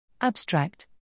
Abstract